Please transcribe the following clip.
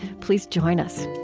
please join us